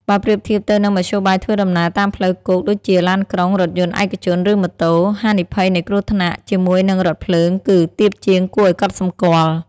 បើប្រៀបធៀបទៅនឹងមធ្យោបាយធ្វើដំណើរតាមផ្លូវគោកដូចជាឡានក្រុង រថយន្តឯកជន ឬម៉ូតូ ហានិភ័យនៃគ្រោះថ្នាក់ជាមួយនឹងរថភ្លើងគឺ ទាបជាងគួរឱ្យកត់សម្គាល់។